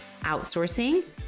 outsourcing